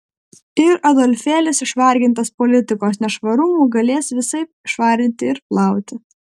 ir adolfėlis išvargintas politikos nešvarumų galės visaip švarinti ir plauti